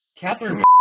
Catherine